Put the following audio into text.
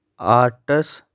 arts